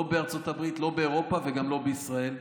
לא בארצות הברית, לא באירופה וגם לא בישראל.